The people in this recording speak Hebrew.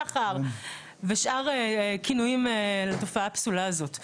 סחר ושאר כינויים לתופעה הפסולה הזאת.